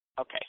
Okay